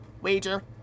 Wager